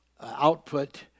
output